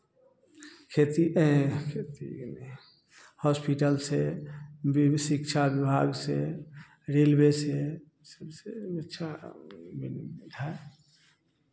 खेती एन्ह खेती हुआ हॉस्पिटल से वि वि शिक्षा विभाग से रेलवे से सब से मिच्छा मतलब है